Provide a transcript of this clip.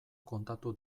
kontatu